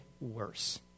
worse